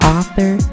Author